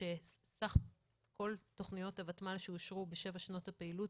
כשסך כל תכניות הוותמ"ל שאושרו בשבע שנות הפעילות